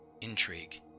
intrigue